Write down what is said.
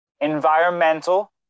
environmental